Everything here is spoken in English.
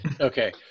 Okay